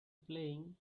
playing